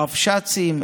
הרבש"צים,